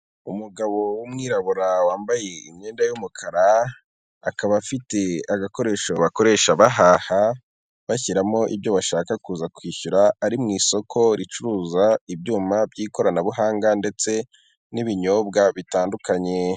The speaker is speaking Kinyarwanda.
Umugabo w'umwirabura wambaye imyenda y'umukara akaba afite agakoresho bakoresha bahaha bashyiramo ibyo bashaka kuza kwishyura, ari mu isoko ricuruza ibyuma by'ikoranabuhanga ndetse n'ibinyobwa bitandukanye.